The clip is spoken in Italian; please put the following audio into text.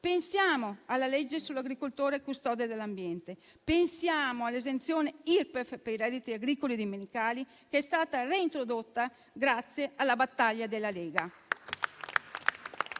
agricola, alla legge sull'agricoltore custode dell'ambiente, all'esenzione Irpef per i redditi agricoli dominicali che è stata reintrodotta grazie alla battaglia della Lega.